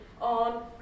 on